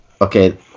Okay